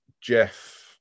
Jeff